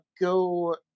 go